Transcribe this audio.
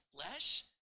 flesh